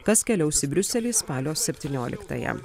kas keliaus į briuselį spalio septynioliktąją